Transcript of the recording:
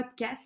podcast